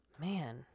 man